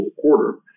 quarter